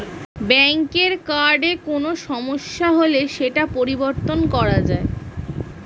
ব্যাঙ্কের কার্ডে কোনো সমস্যা হলে সেটা পরিবর্তন করা যায়